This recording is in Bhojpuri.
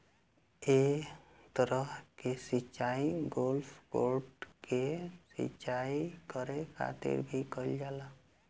एह तरह के सिचाई गोल्फ कोर्ट के सिंचाई करे खातिर भी कईल जाला